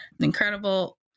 incredible